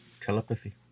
telepathy